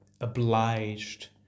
obliged